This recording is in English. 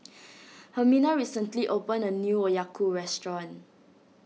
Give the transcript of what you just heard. Hermina recently opened a new Okayu restaurant